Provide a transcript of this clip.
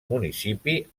municipi